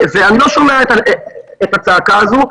ואני לא שומע את הצעקה הזו.